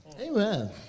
Amen